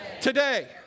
today